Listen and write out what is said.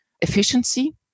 efficiency